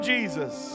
Jesus